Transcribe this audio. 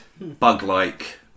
bug-like